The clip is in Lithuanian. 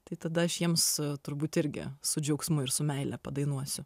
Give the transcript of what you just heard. tai tada aš jiems turbūt irgi su džiaugsmu ir su meile padainuosiu